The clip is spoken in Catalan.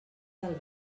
del